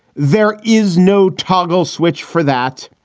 there is no toggle switch for that.